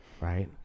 Right